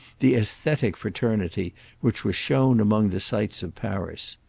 the aesthetic fraternity which were shown among the sights of paris.